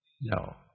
No